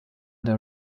der